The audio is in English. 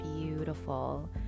beautiful